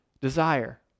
desire